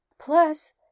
Plus